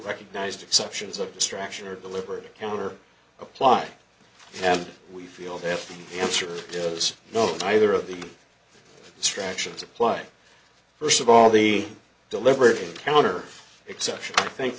recognized exceptions of distraction or deliberate counter apply and we feel their answer is no neither of the distractions apply first of all the deliberate counter exception i think